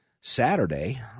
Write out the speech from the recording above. Saturday